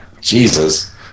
Jesus